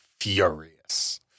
furious